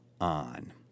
on